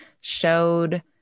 showed